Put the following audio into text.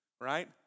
right